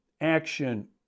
action